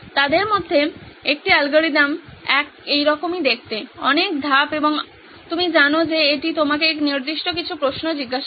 তাদের মধ্যে একটি অ্যালগরিদম এইরকম দেখতে অনেক ধাপ এবং আপনি জানেন যে এটি আপনাকে নির্দিষ্ট কিছু প্রশ্ন জিজ্ঞাসা করে